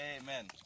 Amen